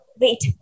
wait